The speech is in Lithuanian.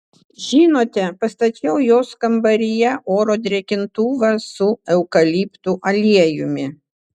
žinote pastačiau jos kambaryje oro drėkintuvą su eukaliptų aliejumi